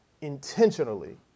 intentionally